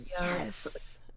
yes